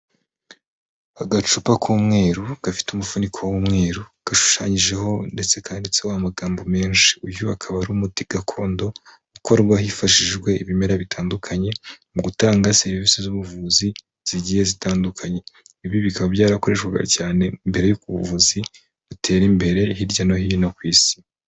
Agacupa k'umweru gafite umufuniko w'umweru gashushanyijeho ndetse kanditseho amagambo menshi, uyu akaba ari umuti gakondo ukorwa hifashishijwe ibimera bitandukanye mu gutanga serivisi z'ubuvuzi zigiye zitandukanye, ibi bikaba byarakoreshwaga cyane mbere y'uko ubuvuzi butera imbere hirya no hino ku isi.